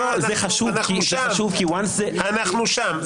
אנחנו שם.